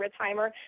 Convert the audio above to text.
Ritzheimer